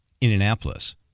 Indianapolis